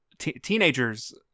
teenagers